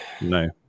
No